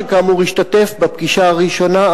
שכאמור השתתף בפגישה הראשונה,